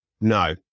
No